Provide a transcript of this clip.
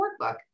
workbook